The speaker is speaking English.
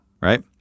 right